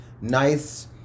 nice